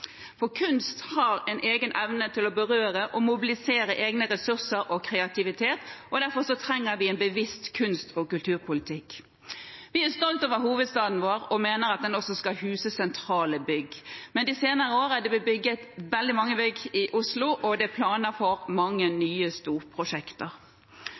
For kunst har en egen evne til å berøre og mobilisere egne ressurser og kreativiteten, og derfor trenger vi en bevisst kunst- og kulturpolitikk. Vi er stolte av hovedstaden vår og mener at den også skal huse sentrale bygg, men de senere år er det blitt bygd veldig mange bygg i Oslo, og det er planer om mange